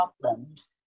problems